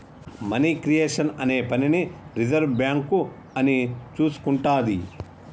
money creation అనే పనిని reserve bank అని చూసుకుంటాది